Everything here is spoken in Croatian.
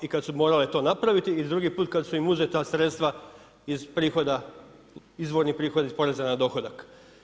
I kad su morale to napraviti i drugi put kad su im uzeta sredstva iz prihoda, izvornih prihoda iz poreza na dohodak.